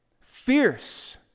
fierce